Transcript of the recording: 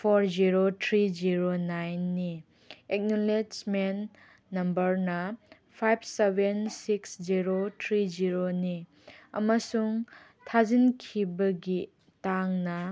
four zero three zero ꯅꯥꯏꯟꯅꯤ acknowledgement ꯅꯝꯕꯔꯅ five seven six zero three ꯖꯦꯔꯣꯅꯤ ꯑꯃꯁꯨꯡ ꯊꯥꯖꯤꯟꯈꯤꯕꯒꯤ ꯇꯥꯡꯅ